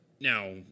now